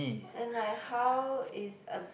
and like how is a